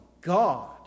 God